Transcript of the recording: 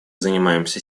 занимаемся